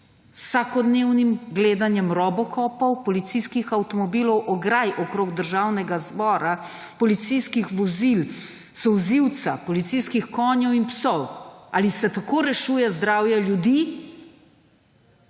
vsakodnevnim gledanjem robokopov, policijskih avtomobilov, ograj okoli Državnega zbora, policijskih vozil, solzivca, policijskih konjev in psov. Ali se tako rešuje zdravje ljudi?